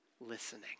listening